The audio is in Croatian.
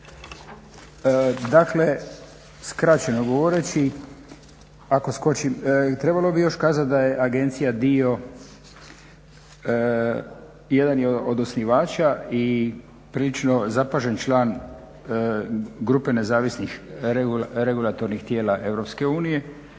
ove situacije. Trebalo bi još kazat da je agencija jedan od osnivača i prilično zapažen član grupe Nezavisnih regulatornih tijela